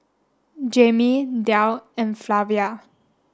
Jaimie Delle and Flavia